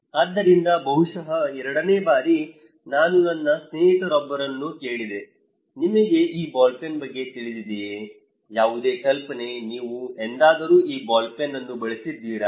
ಆದ್ದರಿಂದ ಬಹುಶಃ ಎರಡನೇ ಬಾರಿ ನಾನು ನನ್ನ ಸ್ನೇಹಿತರೊಬ್ಬರನ್ನು ಕೇಳಿದೆ ನಿಮಗೆ ಈ ಬಾಲ್ ಪೆನ್ನ ಬಗ್ಗೆ ತಿಳಿದಿದೆಯೇ ಯಾವುದೇ ಕಲ್ಪನೆ ನೀವು ಎಂದಾದರೂ ಈ ಬಾಲ್ ಪೆನ್ ಅನ್ನು ಬಳಸಿದ್ದೀರಾ